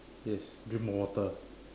yes drink more water